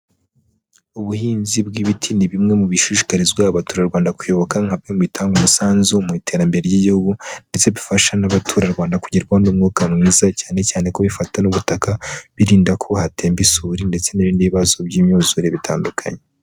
Ubuhinzi bw'ibiti ni bimwe mu bishishikarizwa abaturarwanda kuyoboka nka bimwe mu bitanga umusanzu mu iterambere ry'igihugu, ndetse bifasha n'abaturarwanda kugerwaho n'umwuka mwiza cyane cyane ko bifata n'ubutaka, birinda ko hatemba isuri, ndetse n'ibindi bibazo by'imyuzure bitandukanye.